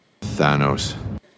Thanos